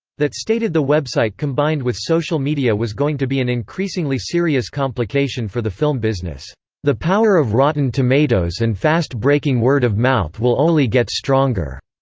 that stated the website combined with social media was going to be an increasingly serious complication for the film business the power of rotten tomatoes and fast-breaking word of mouth will only get stronger.